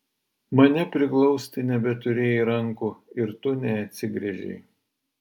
mane priglausti nebeturėjai rankų ir tu neatsigręžei